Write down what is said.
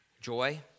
Joy